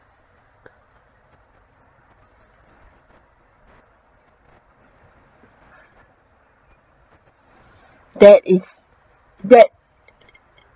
that is that